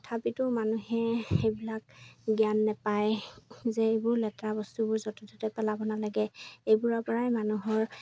তথাপিতো মানুহে সেইবিলাক জ্ঞান নাপায় যে এইবোৰ লেতেৰা বস্তুবোৰ য'তে ত'তে পেলাব নালাগে এইবোৰৰপৰাই মানুহৰ